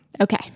Okay